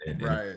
right